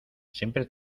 siempre